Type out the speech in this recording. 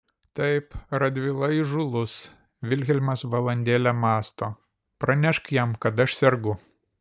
taip radvila įžūlus vilhelmas valandėlę mąsto pranešk jam kad aš sergu